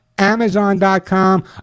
Amazon.com